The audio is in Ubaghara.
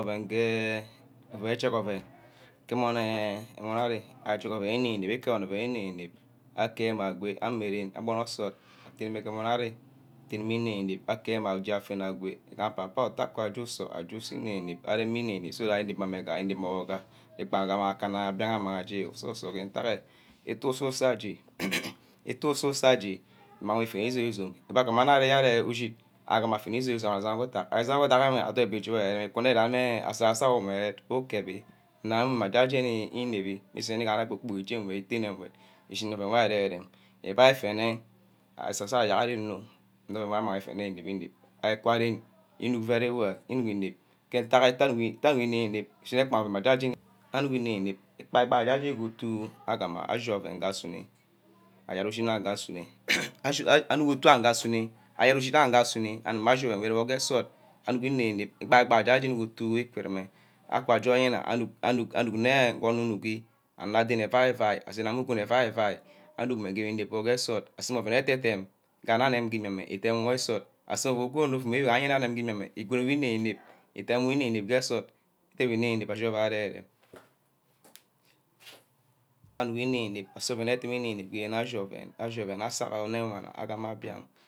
Ouen gee ouen ichek ouen ke amon eh amon ari, ajege ouen wor inep, kubor ouen inep-nep akeh meh agoi ke ren abono nsort atene ke emon ari, atene meh inep-inep akemeh aje afene egwe igaha apa- pa your uteh je ajeusor, aje usor inep-inep areme inep-inep so that inep meh ga akana mbiak amang aje ususor ke ntage utu ususor aje, utu ususor aje imang wor ifene izome-izome bah kubane uru yereh ushid agama afene izome-izome or aguma asanga ke ethack, asanga ke ethack enwe odorni-bi ifu wor ereme kanel asasa your umeh ukebi, nna mma jeni jeni inebi iseni iganeh esen ayo kpor-kpork ije ngweh ushini ouen wor ari irear erem. Euai ari fene asasor ari igurga ari nno- inep nga ari mang ifeme inep-inep ari vwa ren, inuck very well, inucki inep ke ntack iteh anuggi inep-inep ishineh gba ouen mma jeni ajeni anughi inep-inep, igbai-bai jena jeni utu agama ashi ouen ngee asuneh, ayard ushid ewe nga asunor, anuck utu ago ngee asunor, ayard ushid ago ngee nsort anuck inep-nep, igbai- bai ja-jenj ku utu iki-rumeh. Akwa aje oyina anuck nne ngo onor ungi anard dene euai euai asenemeh ugune eaui-euai, anuck meh ngeae igama irome wor gee nsort, asunor ouen ede-dem gana anem gee imia-meh idem wor nsort aseh onor gune ouum wor anem gee nsort, asunor ouem ede-dem gana anem gee imia-meh idem wor nsort aseh onor gune ouum wor anem gee imia meh, igune meh inep-nep, idem wor inep- nep gee nsort, dem wor inep-inep ke arear erem, anugi inep-inep aso ouen inep inep ashi ouen asag onorwana aguma mbiang.